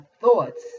thoughts